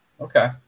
Okay